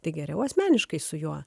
tai geriau asmeniškai su juo